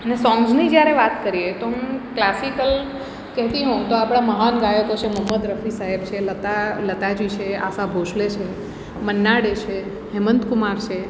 અને સોંગ્સની જ્યારે વાત કરીએ તો હું ક્લાસિકલ કહેતી હોઉં તો આપણા મહાન ગાયકો છે મોહમ્મદ રફી સાહેબ છે લતા લતાજી છે આશા ભોંસલે છે મન્ના ડે છે હેમંત કુમાર છે